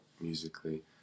musically